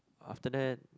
after that